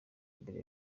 mbere